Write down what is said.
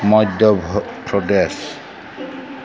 Madhya' Pradesh